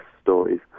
stories